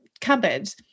cupboard